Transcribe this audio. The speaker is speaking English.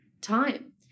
time